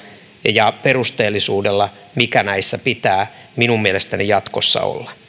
ja perusteellisuudella mikä näissä pitää minun mielestäni jatkossa olla